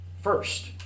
first